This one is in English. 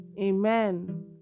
amen